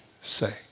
say